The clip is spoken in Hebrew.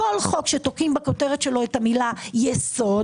שתוקעים בכותרת שלו את המילה יסוד